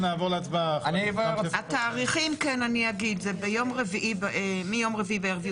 התאריכים זה מיום רביעי בערב,